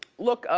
look, ah